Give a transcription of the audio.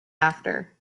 after